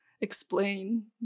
explain